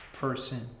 person